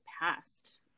past